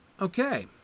Okay